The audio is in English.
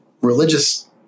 religious